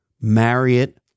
Marriott